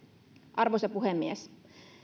arvoisa puhemies